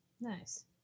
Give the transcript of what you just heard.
nice